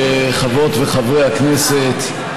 חברות וחברי הכנסת,